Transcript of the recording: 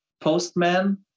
postman